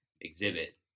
exhibit